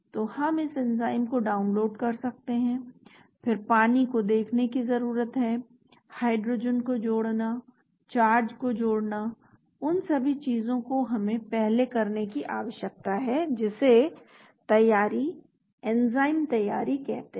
तो हम इस एंजाइम को डाउनलोड कर सकते हैं फिर पानी को देखने की जरूरत है हाइड्रोजन को जोड़ना चार्ज को जोड़ना उन सभी चीजों को हमें पहले करने की आवश्यकता है जिसे तैयारी एंजाइम तैयारी कहते हैं